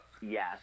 Yes